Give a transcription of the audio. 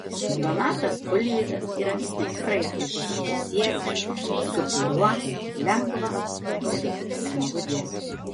donatas ulvydas yra tikrai puikus režisierius su kuriuo lengva ir smagu dirbti